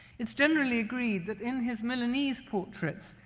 it's generally agreed that in his milanese portraits,